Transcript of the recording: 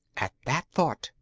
at that thought,